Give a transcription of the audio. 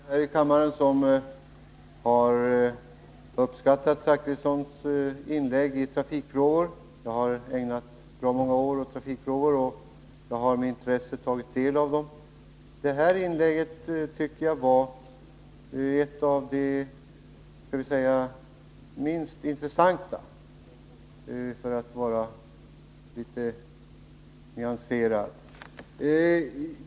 Herr talman! Jag är relativt ny som ledamot här i kammaren och har uppskattat herr Zachrissons inlägg i trafikfrågor. Jag har ägnat rätt många år åt trafikfrågor och har med intresse tagit del av herr Zachrissons anföranden. Det här inlägget tycker jag var ett av de minst intressanta, för att uttrycka mig litet nyanserat.